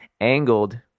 angled